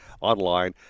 online